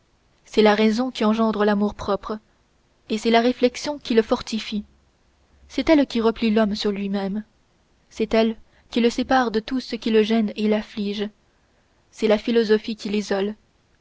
c'est la raison qui engendre l'amour-propre et c'est la réflexion qui le fortifie c'est elle qui replie l'homme sur lui-même c'est elle qui le sépare de tout ce qui le gêne et l'afflige c'est la philosophie qui l'isole